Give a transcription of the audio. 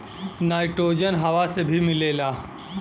nitrogen हवा से भी मिलेला